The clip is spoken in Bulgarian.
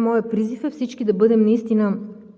моят призив е всички да бъдем наистина